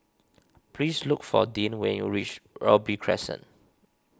please look for Deann when you reach Robey Crescent